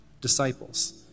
disciples